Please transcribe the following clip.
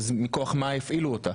אז מכוח מה הפעילו אותה?